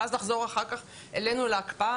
ולחזור אלינו להקפאה.